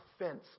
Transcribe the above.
offense